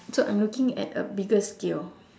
so I'm looking at a bigger scale